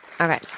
Okay